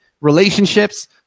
relationships